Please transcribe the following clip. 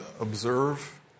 observe